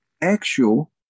actual